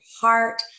heart